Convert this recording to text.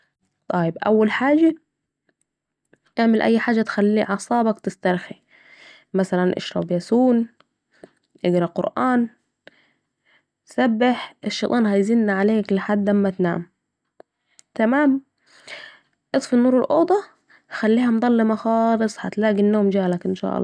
طايب أول حاجة اعمل أي حاجة تخلي اعصابك تسترخي مثلاً... اشرب ياسون اقري قرآن سبح الشيطان هيزن عليك لحد اما تنام تمام، اطفي نور الاوضه خليها مضلمه خالص هتلاقي النوم جالك أن شاء الله